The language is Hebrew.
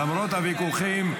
למרות הוויכוחים,